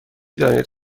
دانید